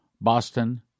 Boston